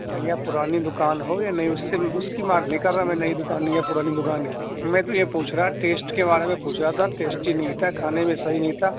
بھیا پرانی دکان ہو یا نئی اس سے اس کی بات نہیں کر رہا میں نئی دکان یا پرانی دکان کی میں تو یہ پوچھ رہا کہ ٹیسٹ کے بارے میں پوچھ رہا تھا ٹیسٹ ہی نہیں تھا کھانے میں صحیح نہیں تھا